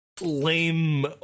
lame